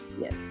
yes